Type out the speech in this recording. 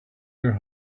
your